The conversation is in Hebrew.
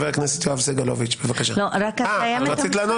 --- ועדיין.